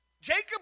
Jacob